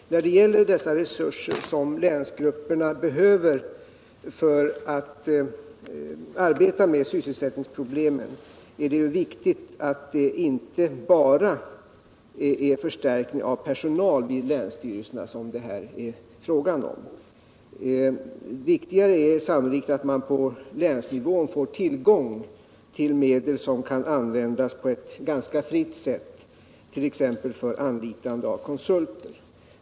De resurser som länsgrupperna behöver för att arbeta med sysselsättningsproblemen är det viktigt att man inte bara anvisar till förstärkning av personalen vid länsstyrelserna. Det är sannolikt viktigare att man på länsnivån får tillgång till medel som kan användas på ett ganska fritt sätt, t.ex. för anlitande av konsulter.